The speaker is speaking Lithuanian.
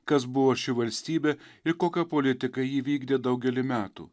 kas buvo ši valstybė ir kokią politiką ji vykdė daugelį metų